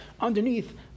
underneath